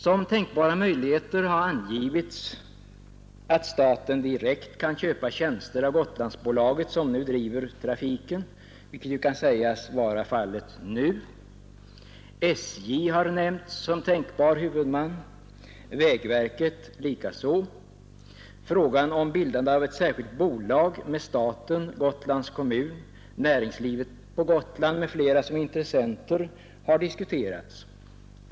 Som tänkbara möjligheter har angivits att staten direkt — vilket kan sägas vara fallet för närvarande — kan köpa tjänster av Gotlandsbolaget, som nu driver trafiken. SJ har nämnts som tänkbar huvudman, vägverket likaså. Frågan om bildande av ett särskilt bolag med staten, Gotlands kommun, näringslivet på Gotland m.fl. som intressenter har diskuterats.